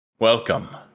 Welcome